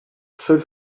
seule